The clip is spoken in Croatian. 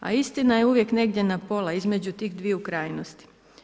A istina je uvijek negdje na pola, između tih dviju krajnosti.